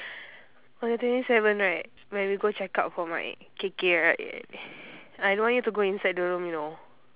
for your twenty seven right when we go check up for mine K_K right I don't want you to go inside the room you know